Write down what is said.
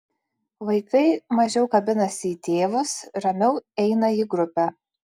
vaikai mažiau kabinasi į tėvus ramiau eina į grupę